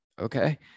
okay